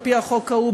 על-פי החוק ההוא,